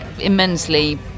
immensely